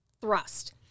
thrust